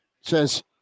says